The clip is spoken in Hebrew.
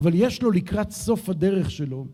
אבל יש לו לקראת סוף הדרך שלו.